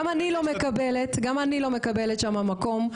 גם אני לא מקבלת שם מקום.